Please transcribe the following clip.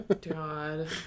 God